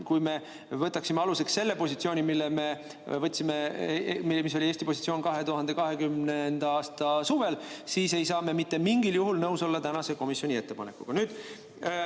kui me võtaksime aluseks selle positsiooni, mille meie võtsime, mis oli Eesti positsioon 2020. aasta suvel, siis ei saa me mitte mingil juhul nõus olla tänase komisjoni ettepanekuga. Te